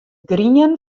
grien